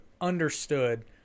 understood